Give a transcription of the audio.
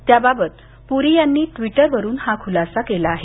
त्याबाबत पुरी यांनी ट्विटरवरून हा खुलासा केला आहे